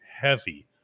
heavy